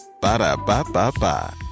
Ba-da-ba-ba-ba